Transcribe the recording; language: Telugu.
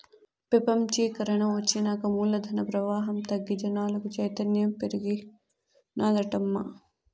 పెపంచీకరన ఒచ్చినాక మూలధన ప్రవాహం తగ్గి జనాలకు చైతన్యం పెరిగినాదటమ్మా